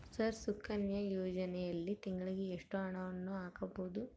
Sir Sukanya ಯೋಜನೆಯಲ್ಲಿ ತಿಂಗಳಿಗೆ ಎಷ್ಟು ಹಣವನ್ನು ಹಾಕಬಹುದು?